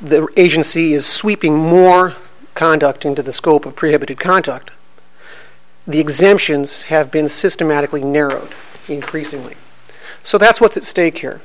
the agency is sweeping more conduct into the scope of creativity conduct the exemptions have been systematically narrowed increasingly so that's what's at stake here